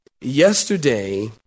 Yesterday